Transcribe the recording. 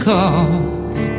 calls